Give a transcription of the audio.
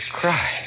cry